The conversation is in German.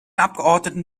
abgeordneten